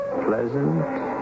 pleasant